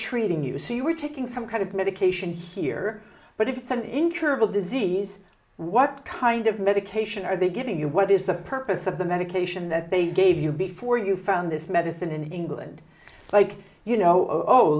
treating you so you are taking some kind of medication here but if it's an incurable disease what kind of medication are they giving you what is the purpose of the medication that they gave you before you found this medicine in england like you know o